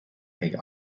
chuig